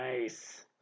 Nice